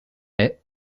est